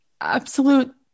absolute